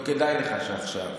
לא כדאי לך שעכשיו,